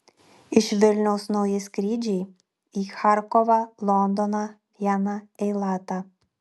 iš vilniaus nauji skrydžiai į charkovą londoną vieną eilatą